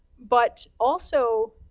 but, also,